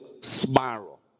spiral